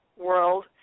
world